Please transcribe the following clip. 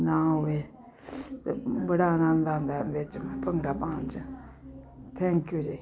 ਨਾ ਹੋਵੇ ਬੜਾ ਆਨੰਦ ਆਉਂਦਾ ਵਿੱਚ ਭੰਗੜਾ ਪਾਉਣ 'ਚ ਥੈਂਕ ਯੂ ਜੀ